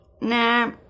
Nah